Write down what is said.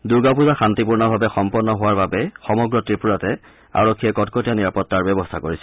দুৰ্গা পূজা শান্তিপূৰ্ণভাৱে সম্পন্ন হোৱাৰ বাবে সমগ্ৰ ৱিপুৰাতে আৰক্ষীয়ে কটকটীয়া নিৰাপত্তাৰ ব্যৱস্থা কৰিছে